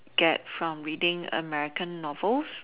get from reading American novels